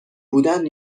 بودن